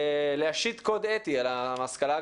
להשית קוד אתי על ההשכלה הגבוהה,